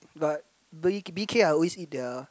but B B_K I always eat the